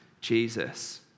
Jesus